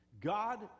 God